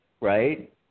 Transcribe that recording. right